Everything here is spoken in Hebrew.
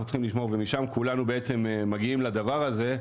צריכים לשמור ומשם כולנו מגיעים לדבר הזה.